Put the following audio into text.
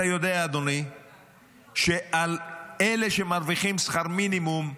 אתה יודע, אדוני, שעל אלה שמרוויחים שכר מינימום,